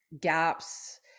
gaps